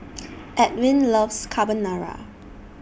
Edwin loves Carbonara